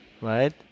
right